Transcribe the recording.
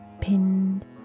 pinned